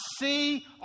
see